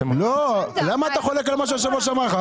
למה אתה חולק על דברי היושב-ראש?